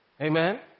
Amen